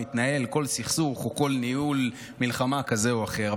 מתנהל כל סכסוך או כל ניהול מלחמה כזה או אחר,